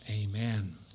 Amen